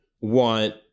want